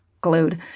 glued